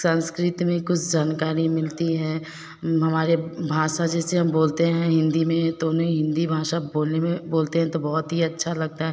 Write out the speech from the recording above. संस्कृत में कुछ जानकारी मिलती है हमारे भाषा जैसे हम बोलते हैं हिन्दी में तो उन्हें हिन्दी भाषा बोलने में बोलते हैं तो बहुत ही अच्छा लगता है